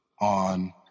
on